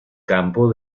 campo